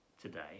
today